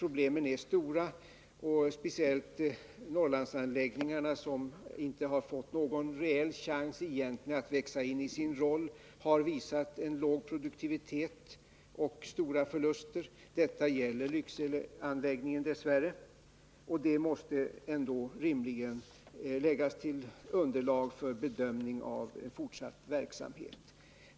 Detta gäller speciellt Norrlandsanläggningarna, som egentligen inte har fått någon reell chans att växa in i sin roll. De har visat en låg produktivitet och stora förluster. Detta gäller dess värre Lyckseleanläggningen, och det måste rimligen läggas som underlag för bedömningen av fortsatt verksamhet.